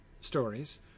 stories